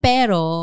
Pero